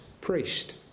priest